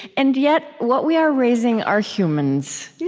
and yet, what we are raising are humans,